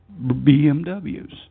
BMWs